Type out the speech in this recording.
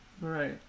right